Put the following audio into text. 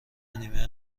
نیمه